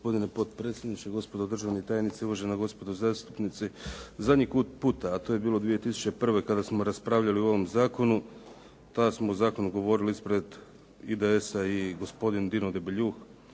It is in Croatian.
gospodine potpredsjedniče, gospodo državni tajnici, uvažena gospodo zastupnici. Zadnji puta, a to je bilo 2001. kada smo raspravljali o ovom zakonu. Tada smo o zakonu govorili ispred IDS-a i gospodin Dino Debeljuh